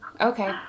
okay